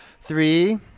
Three